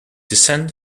descent